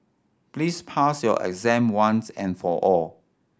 please pass your exam once and for all